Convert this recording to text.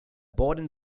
boden